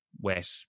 wet